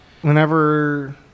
whenever